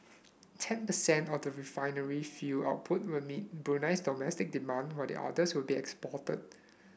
ten percent of the refinery fuel output will meet Brunei's domestic demand while the others will be exported